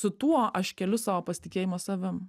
su tuo aš keliu savo pasitikėjimą savim